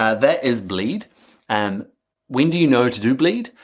ah that is bleed and when do you know to do bleed?